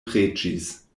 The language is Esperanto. preĝis